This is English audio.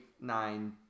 nine